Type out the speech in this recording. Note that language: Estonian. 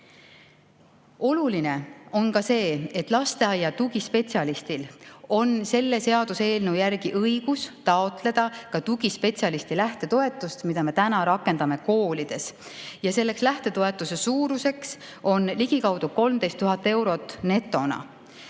Oluline on ka see, et lasteaia tugispetsialistil on selle seaduseelnõu järgi õigus taotleda tugispetsialisti lähtetoetust, mida me praegu rakendame koolides. Selle lähtetoetuse suurus on ligikaudu 13 000 eurot netona.